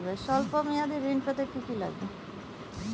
সল্প মেয়াদী ঋণ পেতে কি কি লাগবে?